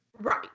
Right